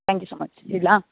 thank you so much ಇಡಲಾ